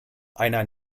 einer